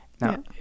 Now